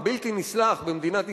הבלתי-נסלח במדינת ישראל,